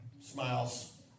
Smiles